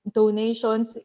donations